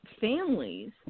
families